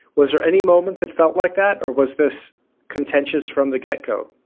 was there any moment that felt like that or was this contentious from the get go?